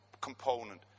component